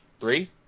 Three